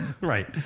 Right